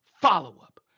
follow-up